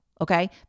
okay